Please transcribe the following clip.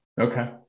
Okay